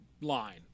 line